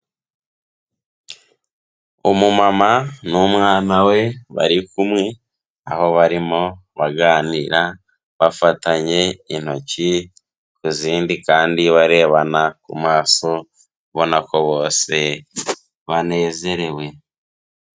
Umumama n'umwana we bari kumwe, aho barimo baganira bafatanye intoki ku zindi kandi barebana ku maso ubona ko bose banezerewe.